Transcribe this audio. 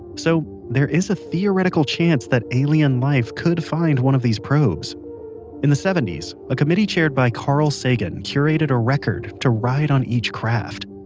so, there is a theoretical chance that alien life could find one of these probes in the seventies a committee chaired by carl sagan curated a record to ride on each craft.